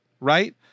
right